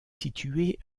situé